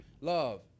love